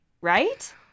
right